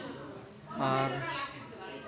ᱟᱨ